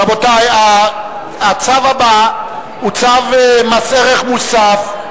רבותי, הצו הבא הוא צו מס ערך מוסף.